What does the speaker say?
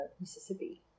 Mississippi